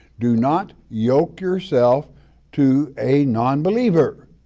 do not yoke yourself to a nonbeliever.